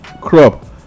crop